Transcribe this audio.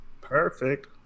perfect